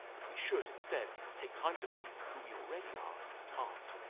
but we should instead take time to be who we already are at heart.